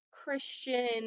Christian